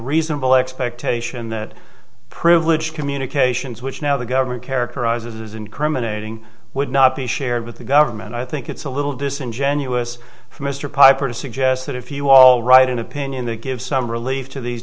reasonable expectation that privileged communications which now the government characterizes incriminating would not be shared with the government i think it's a little disingenuous for mr piper to suggest that if you all write an opinion that gives some relief to these